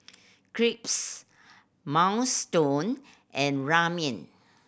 Crepes Minestrone and Ramen